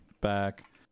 back